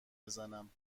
بزنم